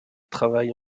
travaille